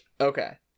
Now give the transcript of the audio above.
Okay